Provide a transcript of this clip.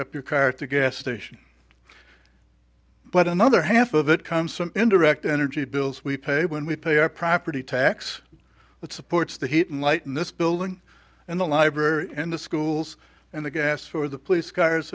up your car to gas station but another half of it comes from indirect energy bills we pay when we pay our property tax that supports the heat and light in this building and the library and the schools and the gas for the police cars